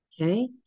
Okay